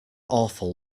awful